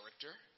character